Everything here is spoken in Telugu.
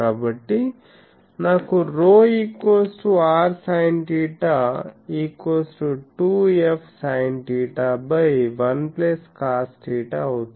కాబట్టి నాకు ρ r sinθ 2f sinθ 1cosθ అవుతుంది